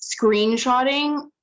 screenshotting